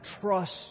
trust